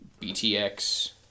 BTX